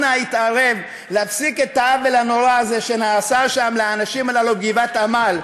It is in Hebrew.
אנא התערב להפסיק את העוול הנורא הזה שנעשה שם לאנשים הללו בגבעת עמל,